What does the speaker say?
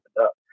up